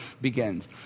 begins